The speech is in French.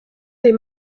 des